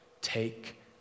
Take